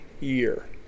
year